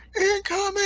incoming